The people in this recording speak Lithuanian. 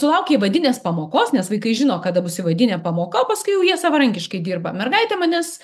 sulaukę įvadinės pamokos nes vaikai žino kada bus įvadinė pamoka paskui jau jie savarankiškai dirba mergaitė manęs